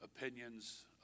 opinions